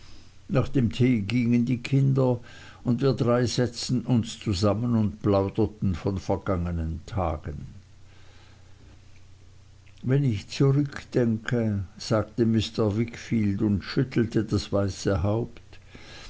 nach dem tee gingen die kinder und wir drei setzten uns zusammen und plauderten von vergangenen tagen wenn ich zurückdenke sagte mr wickfield und schüttelte das weiße haupt